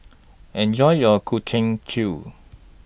Enjoy your Ku Chin Chew